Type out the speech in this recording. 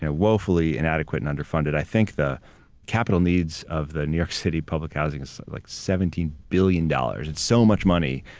ah woefully inadequate and underfunded. i think the capital needs of the new york city public housing is like seventeen billion dollars. it's so much money,